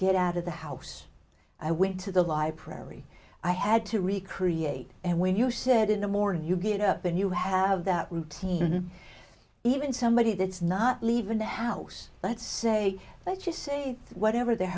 get out of the house i went to the light prarie i had to recreate and when you said in the morning you get up and you have that routine even somebody that's not leaving the house let's say let's just say whatever their